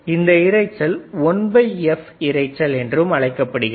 இந்த இரைச்சல் 1f இரைச்சல் என்றும் அழைக்கப்படுகிறது